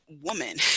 woman